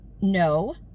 no